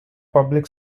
public